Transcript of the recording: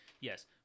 yes